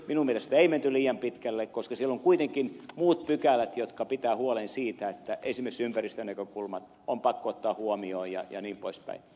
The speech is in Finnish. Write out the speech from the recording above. minun mielestäni ei menty liian pitkälle koska siellä on kuitenkin muut pykälät jotka pitävät huolen siitä että esimerkiksi ympäristönäkökulmat on pakko ottaa huomioon jnp